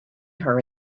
her